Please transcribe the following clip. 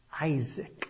Isaac